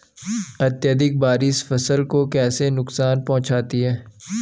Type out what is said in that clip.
अत्यधिक बारिश फसल को कैसे नुकसान पहुंचाती है?